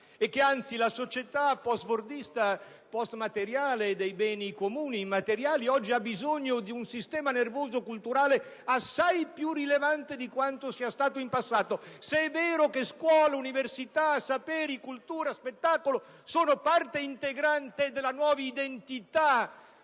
e che, anzi, la società *post*-fordista e *post*-materiale dei beni comuni immateriali oggi ha bisogno di un sistema nervoso culturale assai più rilevante di quanto sia stato in passato; se è vero che scuola, università, saperi, cultura e spettacolo sono parte integrante della nuova identità